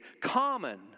common